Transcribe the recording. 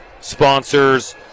sponsors